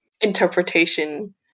interpretation